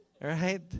Right